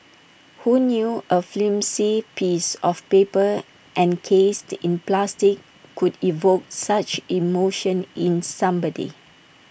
who knew A flimsy piece of paper encased in plastic could evoke such emotion in somebody